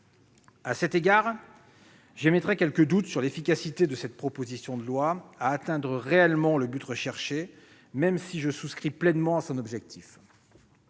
À cet égard, j'émettrai quelques doutes sur l'efficacité de cette proposition de loi à atteindre réellement le but recherché, même si je souscris pleinement à son objectif.